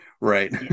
right